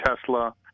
Tesla